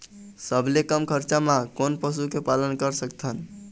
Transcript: सबले कम खरचा मा कोन पशु के पालन कर सकथन?